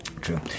True